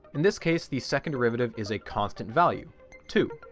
in this case the second derivative is a constant value two.